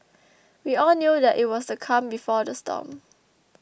we all knew that it was the calm before the storm